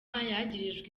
yagirijwe